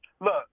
Look